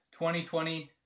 2020